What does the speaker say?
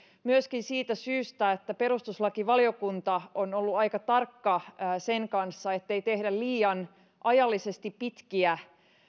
myöskin siitä syystä että perustuslakivaliokunta on ollut aika tarkka sen kanssa ettei tehdä ajallisesti liian pitkiä